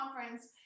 conference